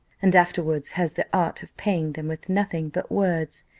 and afterwards has the art of paying them with nothing but words.